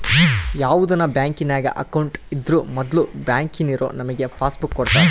ಯಾವುದನ ಬ್ಯಾಂಕಿನಾಗ ಅಕೌಂಟ್ ಇದ್ರೂ ಮೊದ್ಲು ಬ್ಯಾಂಕಿನೋರು ನಮಿಗೆ ಪಾಸ್ಬುಕ್ ಕೊಡ್ತಾರ